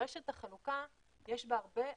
לרשת החלוקה הרבה צרכנים,